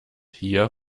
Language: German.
hier